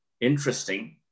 interesting